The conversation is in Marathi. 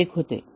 हे चेक होते